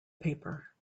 paper